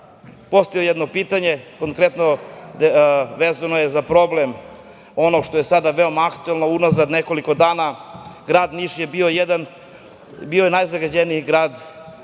postavio jedno pitanje, konkretno vezano je za problem koji je sada veoma aktuelan. Unazad nekoliko dana, grad Niš je bio najzagađeniji grad